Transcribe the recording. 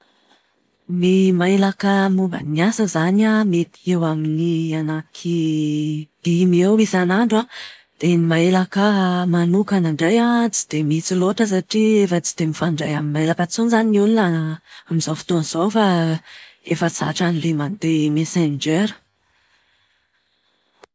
Ny mailaka momba ny asa izany an, mety eo amin'ny anaky dimy eo isanandro an dia ny mailaka manokana indray an, tsy dia misy loatra satria efa tsy dia mifandray amin'ny mailaka intsony izany ny olona amin'izao fotoana izao fa efa zatra an'ilay mandeha Messenger.